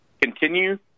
continue